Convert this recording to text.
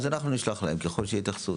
אז אנחנו נשלח להם ככל שתהיה התייחסות.